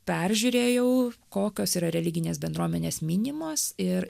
peržiūrėjau kokios yra religinės bendruomenės minimos ir